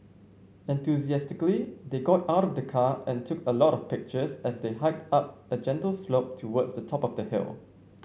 enthusiastically they got out of the car and took a lot of pictures as they hiked up a gentle slope towards the top of the hill